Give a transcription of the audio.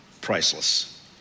priceless